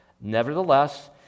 Nevertheless